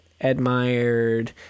admired